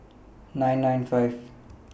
nine nine five